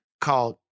called